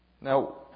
Now